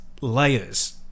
layers